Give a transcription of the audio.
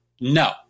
no